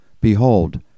Behold